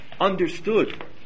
understood